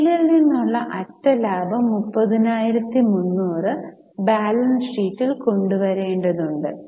P L നിന്നുള്ള അറ്റ ലാഭം 30300 ബാലൻസ് ഷീറ്റിൽ കൊണ്ടുവരേണ്ടത് ഉണ്ട്